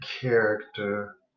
character